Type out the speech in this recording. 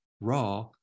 raw